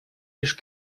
лишь